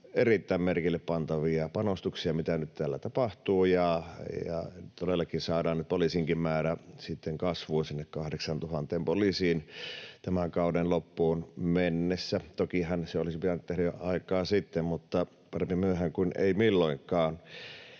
erittäin merkille pantavia panostuksia, mitä nyt täällä tapahtuu, ja todellakin saadaan nyt poliisinkin määrä kasvuun, sinne 8 000 poliisiin, tämän kauden loppuun mennessä. Tokihan se olisi pitänyt tehdä jo aikaa sitten, mutta parempi myöhään kuin ei milloinkaan.